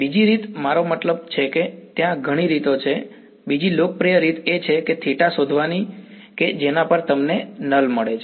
બીજી રીતે મારો મતલબ છે કે ત્યાં ઘણી રીતો છે બીજી લોકપ્રિય રીત એ છે કે તે થીટા શોધવાની કે જેના પર તમને નલ મળે છે